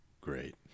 great